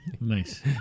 Nice